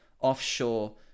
Offshore